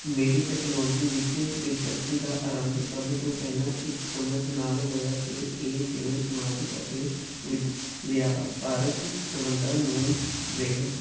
ਮੇਰੀ ਤੈਕਨੋਲੋਜੀ ਵਿੱਚ ਦਿਲਚਸਪੀ ਦਾ ਆਰੰਭ ਸਭ ਤੋਂ ਪਹਿਲਾਂ ਇਸ ਸਮਝ ਨਾਲ ਹੋਇਆ ਕਿ ਇਹ ਜਿਵੇਂ ਸਮਾਜਿਕ ਅਤੇ ਵਿਦ ਵਪਾਰਕ ਸੰਬੰਧਾਂ ਨੂੰ ਬੇਹੱਦ